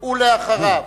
אחריו,